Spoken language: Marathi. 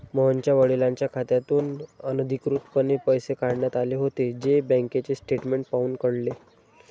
मोहनच्या वडिलांच्या खात्यातून अनधिकृतपणे पैसे काढण्यात आले होते, जे बँकेचे स्टेटमेंट पाहून कळले